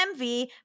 MV